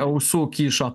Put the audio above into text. ausų kyšo